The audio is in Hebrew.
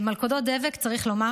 צריך לומר